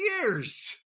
years